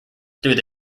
through